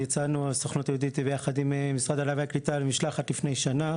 יצאנו הסוכנות היהודית יחד עם המשרד לעלייה ולקליטה למשלחת לפני שנה.